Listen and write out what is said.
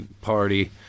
party